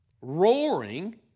roaring